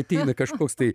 ateina kažkoks tai